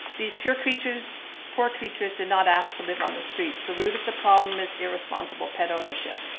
these poor creatures poor creatures did not ask to live on the streets. the root of the problem is irresponsible pet ownership.